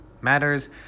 matters